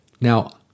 Now